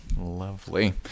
Lovely